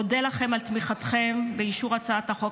אודה לכם על תמיכתכם באישור הצעת החוק,